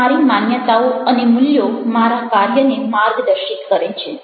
મારી માન્યતાઓ અને મૂલ્યો મારા કાર્યને માર્ગદર્શિત કરે છે